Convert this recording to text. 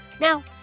Now